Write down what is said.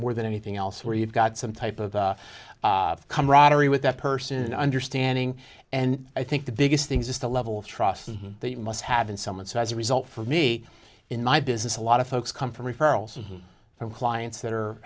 more than anything else where you've got some type of camaraderie with that person and understanding and i think the biggest things is the level of trust that you must have been someone so as a result for me in my business a lot of folks come from referrals from clients that are